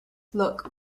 look